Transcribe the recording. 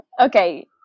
Okay